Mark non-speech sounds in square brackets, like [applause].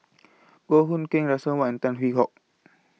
Goh Hood Keng Russel Wong Tan Hwee Hock [noise]